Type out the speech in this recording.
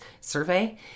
survey